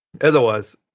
otherwise